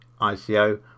ICO